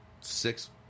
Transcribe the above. six